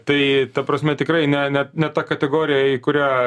tai ta prasme tikrai ne net ne ta kategorija kurią